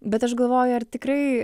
bet aš galvoju ar tikrai